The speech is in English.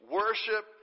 worship